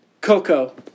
Coco